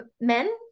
men